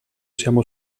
siamo